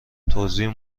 توزیع